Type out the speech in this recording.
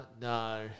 no